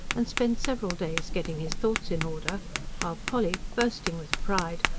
and spent several days getting his thoughts in order while polly, bursting with pride,